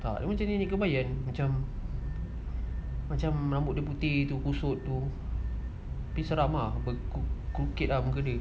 macam ini kebayan macam macam rambut dia putih tu kusut tu tapi seram ah crooked ah muka dia